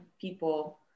people